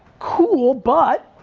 cool, but